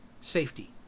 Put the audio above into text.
safety